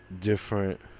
different